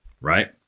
right